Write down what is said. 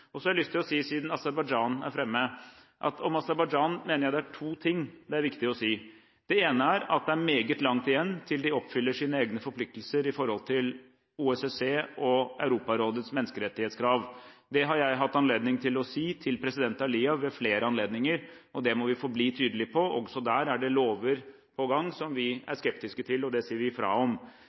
Og siden Aserbajdsjan er framme, har jeg lyst til å si to ting jeg mener det er viktig å si om Aserbajdsjan. Det ene er at det er meget langt igjen til de oppfyller sine egne forpliktelser når det gjelder OSSE og Europarådets menneskerettighetskrav. Det har jeg hatt mulighet til å si til president Alijev ved flere anledninger, og det må vi forbli tydelige på. Også der er det lover på gang som vi er skeptiske til, og det sier vi fra om.